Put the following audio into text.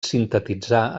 sintetitzar